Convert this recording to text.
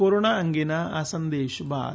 corona અંગેના આ સંદેશ બાદ